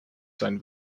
sein